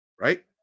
right